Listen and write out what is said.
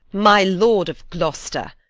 my lord of gloster,